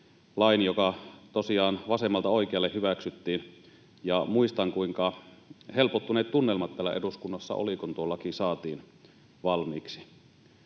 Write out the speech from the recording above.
lain, joka tosiaan vasemmalta oikealle hyväksyttiin. Muistan, kuinka helpottuneet tunnelmat täällä eduskunnassa olivat, kun tuo laki saatiin valmiiksi.